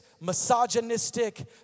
misogynistic